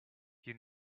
you